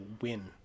win